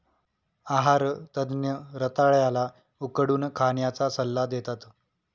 आहार तज्ञ रताळ्या ला उकडून खाण्याचा सल्ला देतात